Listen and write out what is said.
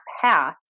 path